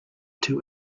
two